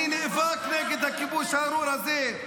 אני נאבק נגד הכיבוש הארור הזה.